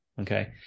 Okay